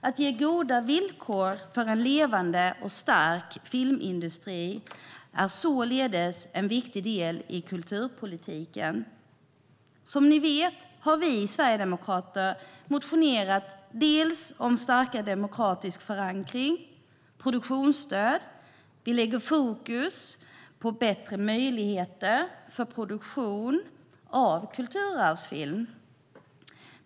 Att ge goda villkor för en levande och stark filmindustri är således en viktig del i kulturpolitiken. Som ni vet har vi sverigedemokrater motionerat om starkare demokratisk förankring och om produktionsstöd. Vi sätter fokus på bättre möjligheter för produktion av kulturarvsfilm.